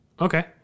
Okay